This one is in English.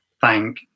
thank